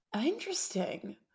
Interesting